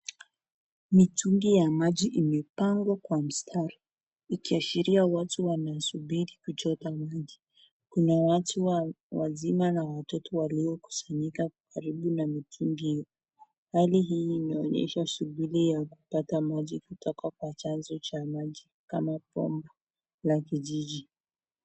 Mitungi ya maji imepangwa kwa mstari, ikiashiria watu wanasubiri kuchota maji. Kuna watu wazima na watoto waliokusanyika karibu na mitungi hiyo. Hali hii inaonyesha shughuli ya kupata maji kutoka kwa chanzo cha maji kama bomba la kijiji.